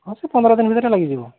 ହଁ ସେଇ ପନ୍ଦର ଦିନ ଭିତରେ ଲାଗିଯିବ